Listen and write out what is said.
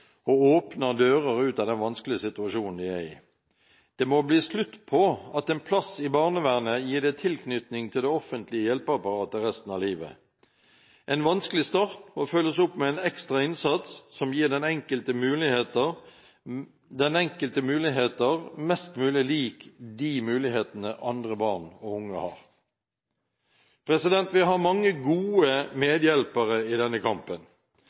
å gjennomføre skole og opplever læring og mestring, noe som åpner dører ut av den vanskelige situasjonen de er i. Det må bli slutt på at en plass i barnevernet gir deg tilknytning til det offentlige hjelpeapparatet resten av livet. En vanskelig start må følges opp med en ekstra innsats som gir den enkelte muligheter mest mulig lik de mulighetene andre barn og unge har. Vi har mange gode medhjelpere i denne kampen.